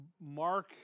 Mark